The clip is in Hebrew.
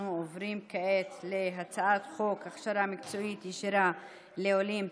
אנחנו עוברים כעת להצעת חוק הכשרה מקצועית ישירה לעולים,